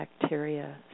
bacteria